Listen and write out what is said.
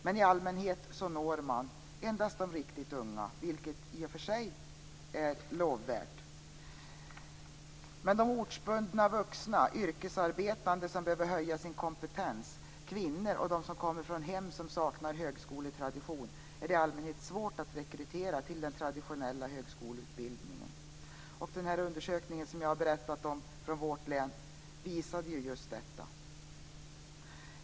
Men i allmänhet når man endast de riktigt unga, vilket i och för sig är lovvärt. Men de ortsbundna vuxna, yrkesarbetande som behöver höja sin kompetens, kvinnor och de som kommer från hem som saknar högskoletradition är det i allmänhet svårt att rekrytera till den traditionella högskoleutbildningen. Den undersökning som jag har berättat om från vårt län visade ju just detta.